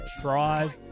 thrive